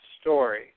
story